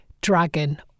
dragon